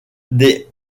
des